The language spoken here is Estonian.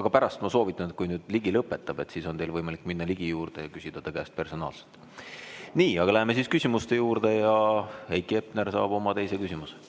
aga ma soovitan, et kui nüüd Ligi lõpetab, siis on teil võimalik minna tema juurde ja küsida ta käest personaalselt. Aga lähme siis küsimuste juurde. Heiki Hepner saab oma teise küsimuse.